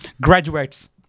graduates